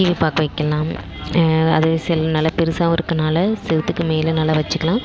TV பார்க்க வைக்கிலாம் அது சில நல்ல பெருசாகவும் இருக்கிறனால சவுத்துக்கு மேலே நல்லா வைச்சுக்கலாம்